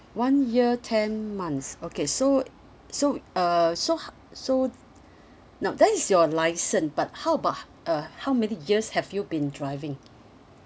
one year ten months okay so so uh so how so no that is your licence but how about uh how many years have you been driving